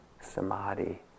Samadhi